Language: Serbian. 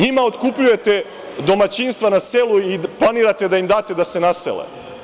NJima otkupljujete domaćinstva na selu i planirate da im date da se nasele.